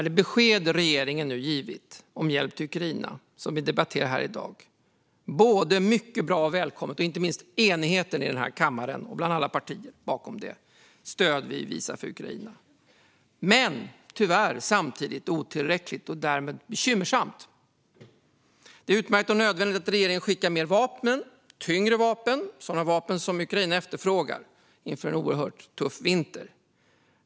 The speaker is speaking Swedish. De besked som regeringen givit om hjälp till Ukraina - och som vi debatterar här i dag - är mycket bra och välkomna, liksom inte minst enigheten i den här kammaren och bland alla partier bakom det stöd vi visar för Ukraina. Tyvärr är stödet samtidigt otillräckligt och därmed bekymmersamt. Det är utmärkt och nödvändigt att regeringen skickar mer och tyngre vapen, sådana vapen som Ukraina efterfrågar inför en oerhört tuff vinter.